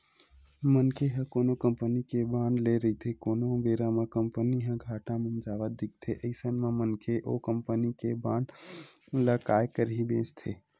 मनखे ह कोनो कंपनी के बांड ले रहिथे कोनो बेरा म कंपनी ह घाटा म जावत दिखथे अइसन म मनखे ओ कंपनी के बांड ल काय करही बेंचथे